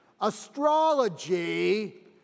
Astrology